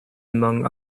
among